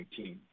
2019